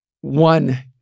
one